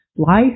life